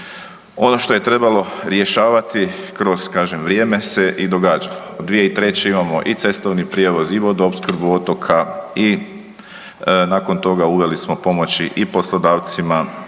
Ono što je trebalo rješavati kroz, kažem, vrijeme se i događalo, 2003. imamo i cestovni prijevoz i vodoopskrbu otoka i nakon toga uveli smo pomoći i poslodavcima,